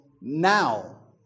now